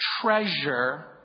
treasure